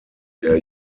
der